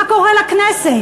מה קורה לכנסת?